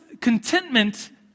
contentment